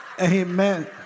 amen